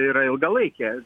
yra ilgalaikė